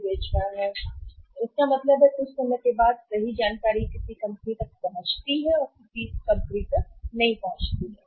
तो इसका मतलब है कि कुछ समय के बाद सही जानकारी किसी कंपनी तक पहुंचती है कंपनियों तक जानकारी नहीं पहुंचती है